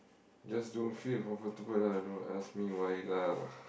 just don't feel comfortable lah don't ask me why lah